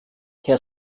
herr